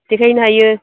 देखायहैनो हायो